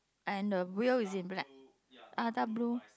and the wheel is in black uh dark blue